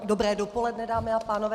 Dobré dopoledne, dámy a pánové.